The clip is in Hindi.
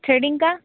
थ्रेडिंग का